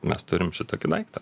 mes turime šitokį daiktą